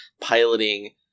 piloting